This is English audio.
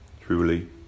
truly